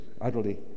utterly